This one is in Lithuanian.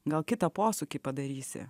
gal kitą posūkį padarysi